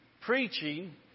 preaching